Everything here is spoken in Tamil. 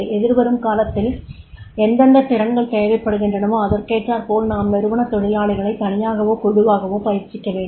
எதிர் வரும் காலத்தில் எந்தெந்த திறன்கள் தேவைப்படுகின்றனவோ அதற்கேற்றாற்போல் நாம் நிறுவன தொழிலாளிகளை தனியாகவோ குழுவாகவோ பயிற்சிக்கவேண்டும்